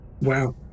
wow